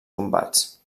combats